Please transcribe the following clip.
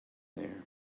there